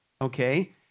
okay